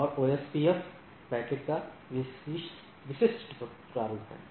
और यह OSPF packet का विशिष्ट प्रारूप है